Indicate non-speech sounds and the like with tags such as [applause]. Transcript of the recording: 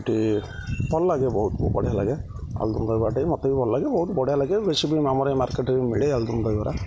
ଏଠି ଭଲ ଲାଗେ ବହୁତ ବଢ଼ି ଲାଗେ ଆଳୁଦମ ଦହିବରାଟା ମୋତେ ବି ଭଲ ଲାଗେ ବହୁତ ବଢ଼ିଆ ଲାଗେ ବେଶି ବି [unintelligible] ମାର୍କେଟ୍ରେ ବି ମିଳେ ଆଳୁଦମ ଦହିବରା